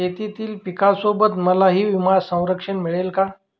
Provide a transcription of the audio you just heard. शेतीतील पिकासोबत मलाही विमा संरक्षण मिळेल का?